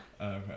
Okay